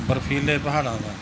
ਬਰਫ਼ੀਲੇ ਪਹਾੜਾਂ ਦਾ